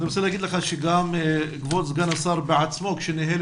אני רוצה להגיד לך שגם כבוד סגן השר בעצמו כשניהל